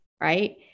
right